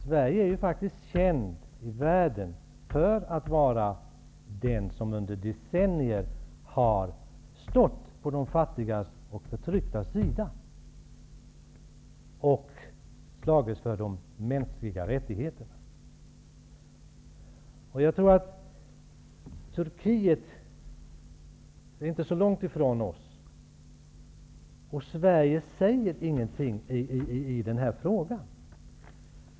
Sverige är känt i världen för att under decennier ha stått på de fattigas och förtrycktas sida och slagits för de mänskliga rättigheterna. Turkiet ligger geografiskt inte så långt ifrån oss, men Sverige säger ändå ingenting i den här frågan.